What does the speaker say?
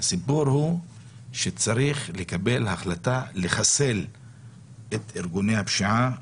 הסיפור הוא שצריך לקבל החלטה לחסל את ארגוני הפשיעה